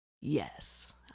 Yes